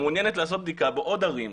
אם היא מעוניינת לעשות בדיקה בעוד ערים.